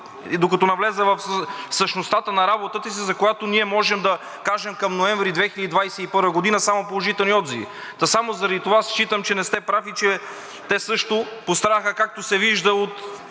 докато навлезе в същността на работата си, за която ние можем да кажем към ноември 2021 г. само положителни отзиви. Само заради това считам, че не сте прав и те също пострадаха, както се вижда от